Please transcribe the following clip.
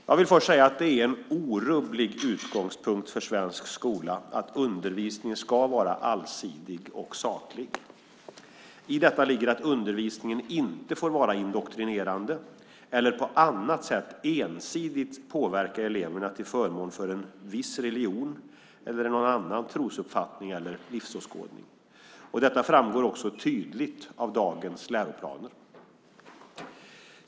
Jag vill först säga att det är en orubblig utgångspunkt för svensk skola att undervisningen ska vara allsidig och saklig. I detta ligger att undervisningen inte får vara indoktrinerande eller på annat sätt ensidigt påverka eleverna till förmån för en viss religion, annan trosuppfattning eller livsåskådning. Detta framgår också tydligt av dagens läroplaner.